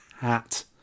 hat